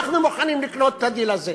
אנחנו מוכנים לקנות את הדיל הזה.